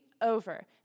over